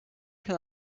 can